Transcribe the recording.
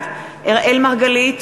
בעד אראל מרגלית,